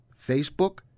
Facebook